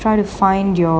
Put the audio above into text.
try to find your